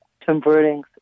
converting